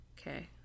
Okay